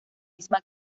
misma